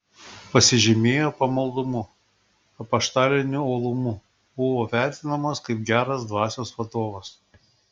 pasižymėjo pamaldumu apaštaliniu uolumu buvo vertinamas kaip geras dvasios vadovas